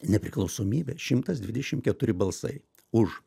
nepriklausomybė šimtas dvidešim keturi balsai už